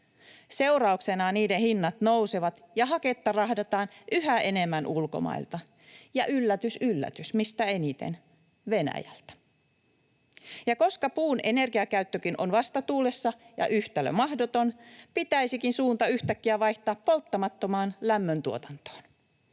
Seurauksena niiden hinnat nousevat ja haketta rahdataan yhä enemmän ulkomailta, ja yllätys yllätys, mistä eniten — Venäjältä. Koska puun energiakäyttökin on vastatuulessa ja yhtälö mahdoton, pitäisikin suunta yhtäkkiä vaihtaa polttamattomaan lämmöntuotantoon.